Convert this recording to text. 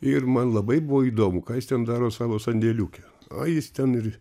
ir man labai buvo įdomu ką jis ten daro savo sandėliuke o jis ten ir